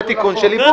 זה תיקון של עיוות.